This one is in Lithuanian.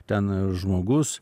ten žmogus